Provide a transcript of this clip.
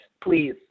Please